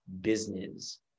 business